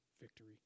victory